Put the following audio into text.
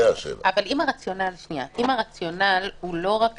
אבל אם הרציונל הוא לא רק